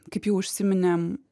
kaip jau užsiminėm